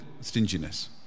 stinginess